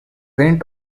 went